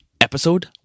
Episode